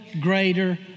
Greater